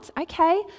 Okay